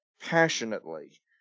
passionately